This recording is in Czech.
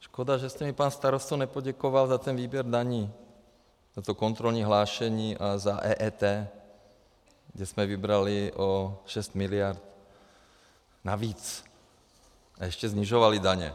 Škoda, že jste mi, pane starosto, nepoděkoval za ten výběr daní, za to kontrolní hlášení a za EET, že jsme vybrali o 6 miliard navíc a ještě snižovali daně.